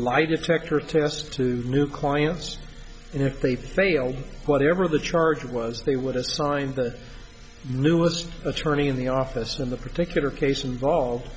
lie detector test to new clients and if they failed whatever the charge was they would assign the newest attorney in the office in the particular case involved